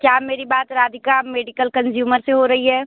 क्या मेरी बात राधिका मेडिकल कंज्यूमर से हो रही है